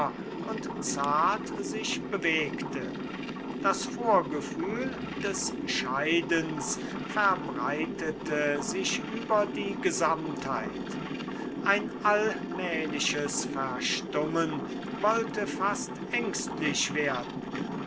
und zart sich bewegte das vorgefühl des scheidens verbreitete sich über die gesamtheit ein allmähliches verstummen wollte fast ängstlich werden